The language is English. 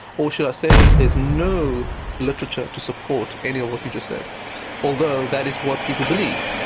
or should i say there's no literature to support any of what you just said although that is what people believe.